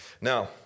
Now